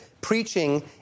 preaching